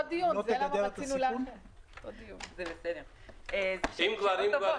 אם כבר,